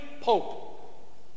pope